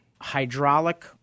hydraulic